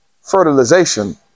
fertilization